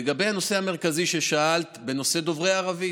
לגבי הנושא המרכזי ששאלת, נושא דוברי הערבית,